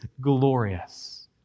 glorious